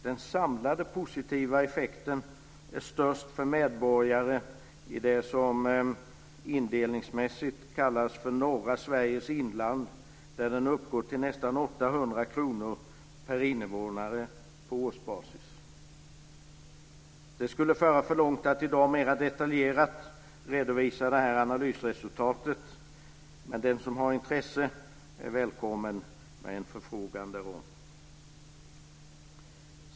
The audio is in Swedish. Den samlade positiva effekten är störst för medborgare i det som indelningsmässigt kallas för norra Sveriges inland där den uppgår till nästan 800 kr per invånare på årsbasis. Det skulle föra för långt att i dag mera detaljerat redovisa analysresultatet, men den som har intresse är välkommen med en förfrågan därom.